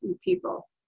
people